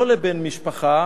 לא לבן משפחה